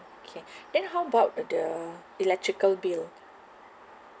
okay then how about uh the electrical bill